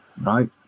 Right